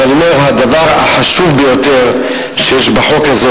הדבר החשוב ביותר שיש בחוק הזה,